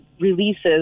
releases